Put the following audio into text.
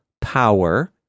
power